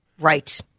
Right